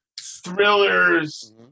thrillers